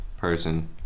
Person